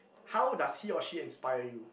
how does he or she inspire you